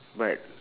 but